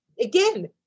again